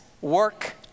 work